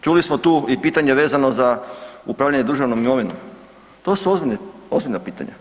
Čuli smo tu i pitanje vezano za upravljanje državnom imovinom, to su ozbiljna pitanja.